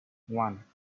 one